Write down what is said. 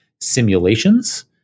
simulations